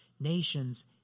nations